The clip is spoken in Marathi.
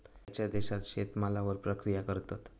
खयच्या देशात शेतमालावर प्रक्रिया करतत?